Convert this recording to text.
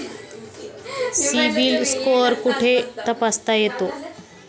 CIBIL score कुठे तपासता येतो?